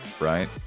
right